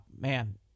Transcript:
man